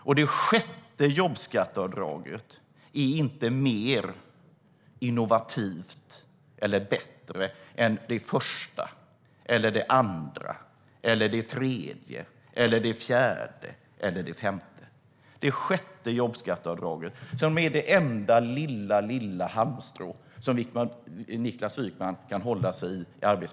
Och det sjätte jobbskatteavdraget är inte mer innovativt eller bättre än det första eller det andra eller det tredje eller det fjärde eller det femte. Det sjätte jobbskatteavdraget är det enda lilla halmstrå i arbetsmarknadspolitiken som Niklas Wykman kan hålla i.